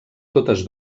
totes